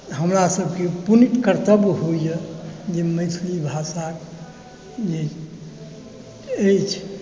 हमरा सभके पुनीत कर्तव्य होइए जे मैथिली भाषाक जे अछि